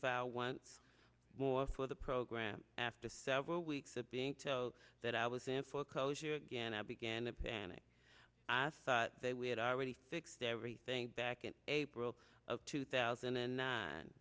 file one more for the program after several weeks of being told that i was in foreclosure again i began to panic as they we had already fixed everything back in april of two thousand and nine